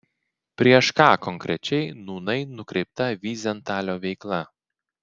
prieš ką konkrečiai nūnai nukreipta vyzentalio veikla